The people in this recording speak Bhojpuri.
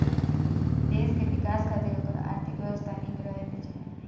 देस कअ विकास खातिर ओकर आर्थिक व्यवस्था निक रहे के चाही